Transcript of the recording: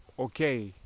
okay